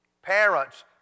Parents